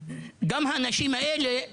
גם האנשים האלה,